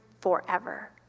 forever